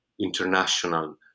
international